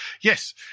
Yes